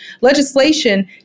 legislation